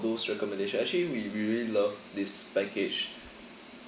those recommendation actually we really love this package